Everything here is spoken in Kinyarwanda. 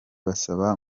babasaba